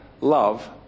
love